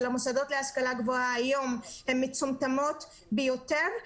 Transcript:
המוסדות להשכלה גבוהה היום הן מצומצמות ביותר,